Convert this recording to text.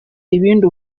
ibindi